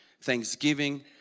Thanksgiving